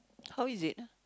how is it ah